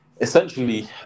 Essentially